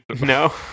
No